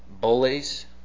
bullies